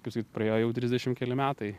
kaip sakyt praėjo jau trisdešim keli metai